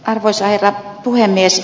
arvoisa herra puhemies